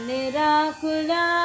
Nirakula